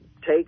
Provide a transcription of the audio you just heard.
take